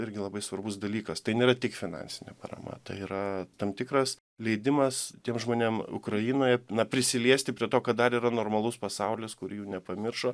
irgi labai svarbus dalykas tai nėra tik finansinė parama tai yra tam tikras leidimas tiem žmonėm ukrainoje na prisiliesti prie to kad dar yra normalus pasaulis kur jų nepamiršo